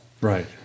Right